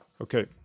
Okay